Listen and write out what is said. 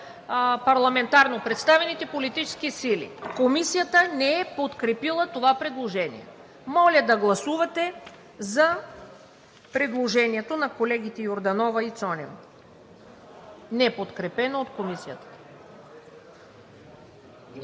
парламентарно представените политически сили“. Комисията не подкрепя предложението. Моля да гласувате за предложението на колегите Йорданова и Цонева, неподкрепено от Комисията.